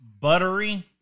buttery